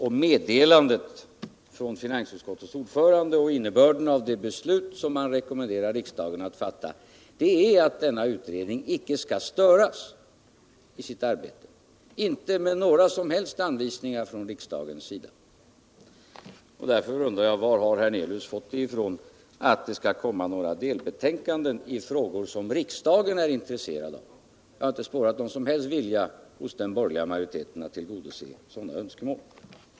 Och meddelandet från finansutskottets ordförande och innebörden av det beslut som utskottet rekommenderar riksdagen att fatta är att denna utredning inte skall störas i sitt arbete — inte med några som helst anvisningar från riksdagens sida. Därför undrar jag: Varifrån har herr Hernelius fått uppgiften om att det skall komma några delbetänkanden i frågor som riksdagen är intresserad av? Jag har inte spårat någon som helst vilja hos den borgerliga majoriteten att tillgodose sådana önskemål.